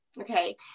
Okay